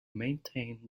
maintain